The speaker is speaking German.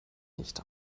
nicht